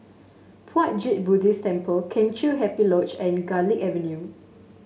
Puat Jit Buddhist Temple Kheng Chiu Happy Lodge and Garlick Avenue